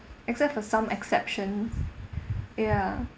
except for some exceptions ya